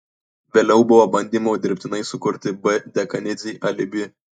vėliau buvo bandymų dirbtinai sukurti b dekanidzei alibi